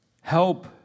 Help